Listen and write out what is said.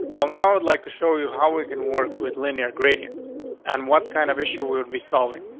well, now i would like to show you how we can work with linear grady ints on what kind of issue will be solving.